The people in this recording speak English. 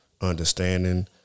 understanding